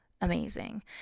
amazing